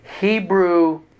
Hebrew